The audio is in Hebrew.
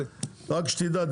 רק שתדע,